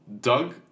Doug